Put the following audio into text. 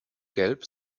gelb